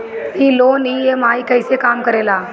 ई loan EMI कईसे काम करेला?